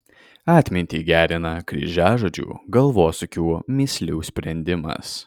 atmintį gerina kryžiažodžių galvosūkių mįslių sprendimas